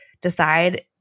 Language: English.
decide